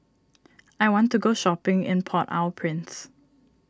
I want to go shopping in Port Au Prince